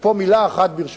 מלה אחת, ברשותכם,